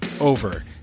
over